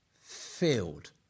filled